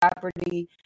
property